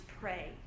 pray